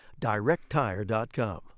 DirectTire.com